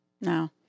No